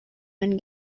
when